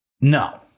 No